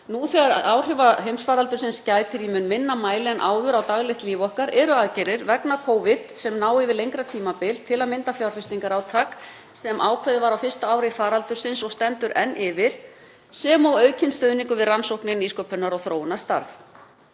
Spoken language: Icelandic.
fyrir að áhrifa heimsfaraldursins gæti í mun minna mæli en áður á daglegt líf okkar ná aðgerðir vegna Covid yfir lengra tímabil, til að mynda fjárfestingarátak sem ákveðið var á fyrsta ári faraldursins og stendur enn yfir sem og aukinn stuðningur við rannsóknir og nýsköpunar- og þróunarstarf.